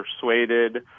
persuaded